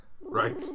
Right